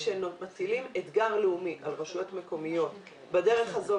כשמטילים אתגר לאומי על רשויות מקומיות בדרך הזו,